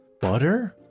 Butter